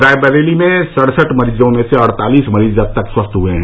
रायबरेली में सड़सठ मरीजों में से अड़तालीस मरीज अब तक स्वस्थ हुए हैं